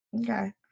okay